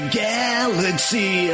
galaxy